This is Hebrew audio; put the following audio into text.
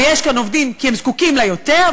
כי הם זקוקים לה יותר,